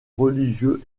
religieux